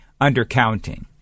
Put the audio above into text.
undercounting